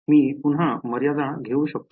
मी पुन्हा मर्यादा घेऊ शकतो